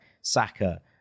Saka